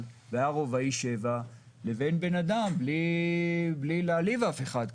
והיה רובאי 7 לבין אדם בלי להעליב אף אחד,